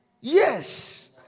Yes